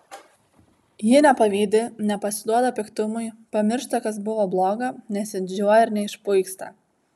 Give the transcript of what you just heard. ji nepavydi nepasiduoda piktumui pamiršta kas buvo bloga nesididžiuoja ir neišpuiksta